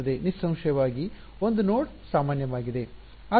ನಿಸ್ಸಂಶಯವಾಗಿ 1 ನೋಡ್ ಸಾಮಾನ್ಯವಾಗಿದೆ